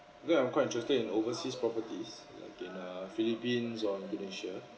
then I'm quite interested in overseas properties in uh philippines or indonesia